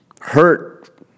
hurt